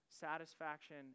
satisfaction